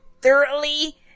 thoroughly